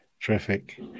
Terrific